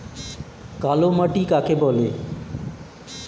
কালো মাটি কাকে বলে?